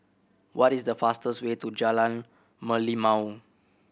what is the fastest way to Jalan Merlimau